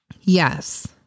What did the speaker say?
Yes